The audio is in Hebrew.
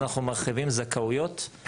אנחנו מרחיבים זכאויות,